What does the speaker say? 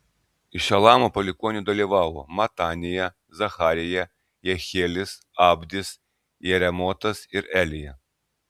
iš elamo palikuonių dalyvavo matanija zacharija jehielis abdis jeremotas ir elija